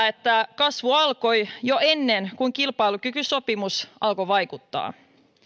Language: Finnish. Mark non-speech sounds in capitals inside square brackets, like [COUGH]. [UNINTELLIGIBLE] että kasvu alkoi jo ennen kuin kilpailukykysopimus alkoi vaikuttaa